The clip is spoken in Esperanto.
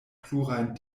plurajn